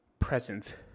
present